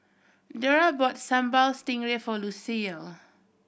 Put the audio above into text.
dora bought Sambal Stingray for Lucille